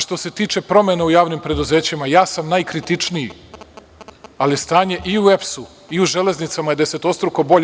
Što se tiče promena u javnim preduzećima, ja sam najkritičniji, ali stanje i u EPS i u „Železnicama“ je desetostruko bolje.